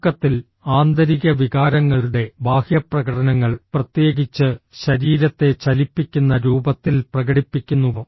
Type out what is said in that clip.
ചുരുക്കത്തിൽ ആന്തരിക വികാരങ്ങളുടെ ബാഹ്യപ്രകടനങ്ങൾ പ്രത്യേകിച്ച് ശരീരത്തെ ചലിപ്പിക്കുന്ന രൂപത്തിൽ പ്രകടിപ്പിക്കുന്നു